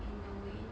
in a way